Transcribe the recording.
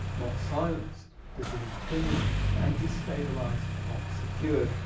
not silenced, dissident opinion and destabilized not secured,